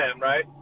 right